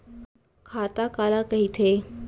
खाता काला कहिथे?